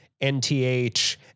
NTH